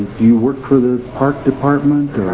you work for the park department?